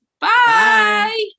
bye